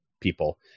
people